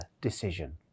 decision